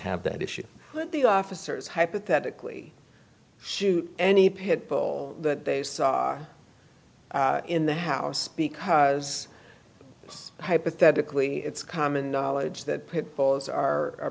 have that issue with the officers hypothetically shoot any pit bull that they saw in the house because it's hypothetically it's common knowledge that pit bulls are par